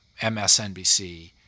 MSNBC